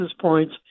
points